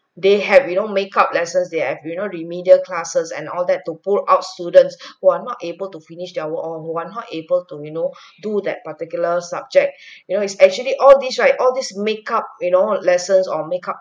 they had you know make up lessons they have you know remedial classes and all that to pull out students who are not able to finish there overall who one not able to you know do that particular subject you know it's actually all these right all these make up you know lessons or makeup